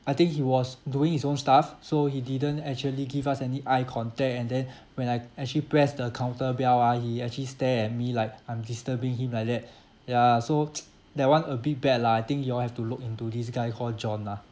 I think he was doing his own stuff so he didn't actually give us any eye contact and then when I actually pressed the counter bell ah he actually stare at me like I'm disturbing him like that ya so that one a bit bad lah I think you all have to look into this guy called john lah